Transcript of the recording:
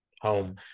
home